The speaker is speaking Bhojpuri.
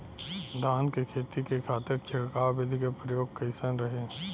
धान के खेती के खातीर छिड़काव विधी के प्रयोग कइसन रही?